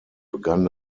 begann